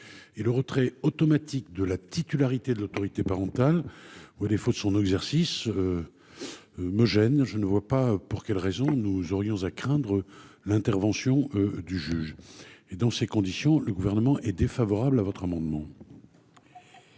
Le retrait automatique de la titularité de l'autorité parentale ou, à défaut, de son exercice nous semble problématique. Nous ne voyons pas pour quelle raison nous devrions craindre l'intervention du juge. Dans ces conditions, le Gouvernement est défavorable à cet amendement.